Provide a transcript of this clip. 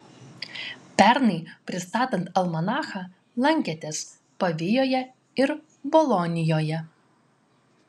pernai pristatant almanachą lankėtės pavijoje ir bolonijoje